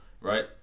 Right